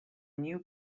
new